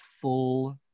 full